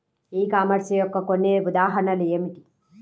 ఈ కామర్స్ యొక్క కొన్ని ఉదాహరణలు ఏమిటి?